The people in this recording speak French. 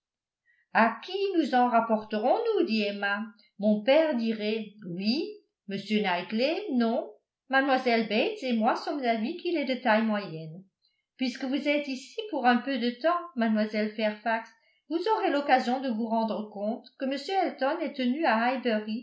à qui nous en rapporterons nous dit emma mon père dirait oui m knightley non mlle bates et moi sommes d'avis qu'il est de taille moyenne puisque vous êtes ici pour un peu de temps mlle fairfax vous aurez l'occasion de vous rendre compte que m elton est tenu à